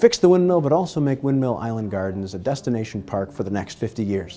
fix the window but also make windmill island gardens a destination park for the next fifty years